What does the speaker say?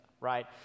right